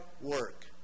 work